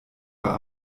war